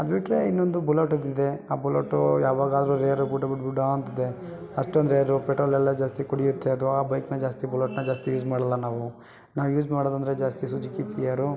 ಅದು ಬಿಟ್ಟರೆ ಇನ್ನೊಂದು ಬುಲಟ್ಟದು ಇದೆ ಆ ಬುಲಟು ಯಾವಾಗಾದ್ರು ರೇರು ಬುಡ್ ಬುಡ್ ಬುಡ ಅಂತಂದೆ ಅಷ್ಟೊಂದು ರೇರು ಪೆಟ್ರೋಲ್ ಎಲ್ಲ ಜಾಸ್ತಿ ಕುಡಿಯುತ್ತೆ ಅದು ಆ ಬೈಕ್ನ ಜಾಸ್ತಿ ಬುಲಟ್ನ ಜಾಸ್ತಿ ಯೂಸ್ ಮಾಡಲ್ಲ ನಾವು ನಾವು ಯೂಸ್ ಮಾಡೋದು ಅಂದರೆ ಜಾಸ್ತಿ ಸುಜುಕಿ ಪಿಯರು